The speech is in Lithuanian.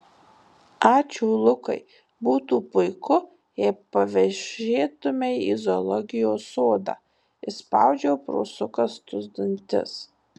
ačiū lukai būtų puiku jei pavėžėtumei į zoologijos sodą išspaudžiau pro sukąstus dantis